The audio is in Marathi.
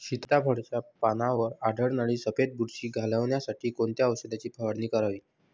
सीताफळाचे पानांवर आढळणारी सफेद बुरशी घालवण्यासाठी कोणत्या औषधांची फवारणी करावी?